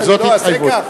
התחייבות,